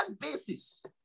basis